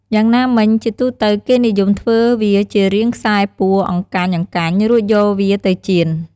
យ៉ាងណាមិញ ជាទូទៅ គេនិយមធ្វើវាជារាងខ្សែពួរអង្កាញ់ៗ រួចយកវាទៅចៀន។